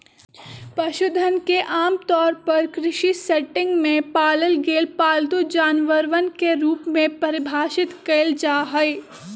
पशुधन के आमतौर पर कृषि सेटिंग में पालल गेल पालतू जानवरवन के रूप में परिभाषित कइल जाहई